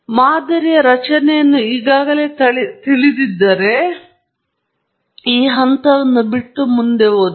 ನಾನು ಈ ಮಾದರಿಯ ರಚನೆಯನ್ನು ಈಗಾಗಲೇ ತಿಳಿದಿದ್ದರೆ ನಾನು ಸರಿಯಾಗಿ ಸರಿಹೊಂದಲು ಹೋಗುತ್ತಿದ್ದೇನೆ ಮತ್ತು ಈ ಹಂತವನ್ನು ಬಿಟ್ಟುಬಿಡಬಹುದು